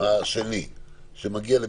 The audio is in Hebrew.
השני שמגיע לביטול?